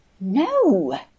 No